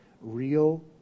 real